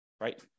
right